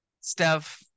Steph